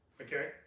Okay